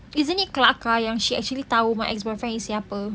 isn't it kelakar yang she actually tahu my ex boyfriend is siapa